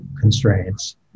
constraints